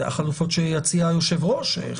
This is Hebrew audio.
אלה החלופות שיציע היושב-ראש.